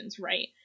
right